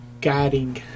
guiding